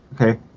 Okay